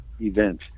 event